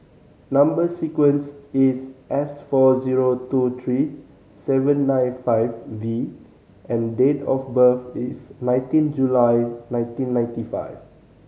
number sequence is S four zero two three seven nine five V and date of birth is nineteen July nineteen ninety five